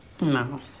No